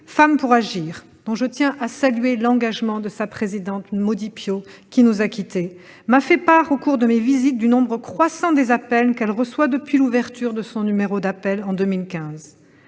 Femmes pour agir, dont je veux saluer l'engagement de l'ancienne présidente, Maudy Piot, qui nous a quittés, m'a fait part, au cours de mes visites, du nombre croissant d'appels qu'elle reçoit depuis l'ouverture, en 2015, de son numéro d'appel.